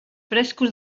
frescos